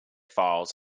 files